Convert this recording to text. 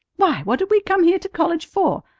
why, what did we come here to college for?